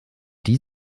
die